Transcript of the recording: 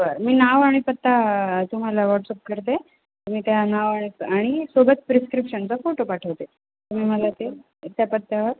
बरं मी नाव आणि पत्ता तुम्हाला व्हॉट्सअप करते तुम्ही त्या नाव आणि आणि सोबत प्रिस्क्रिप्शनचा फोटो पाठवते तुम्ही मला ते त्या पत्त्यावर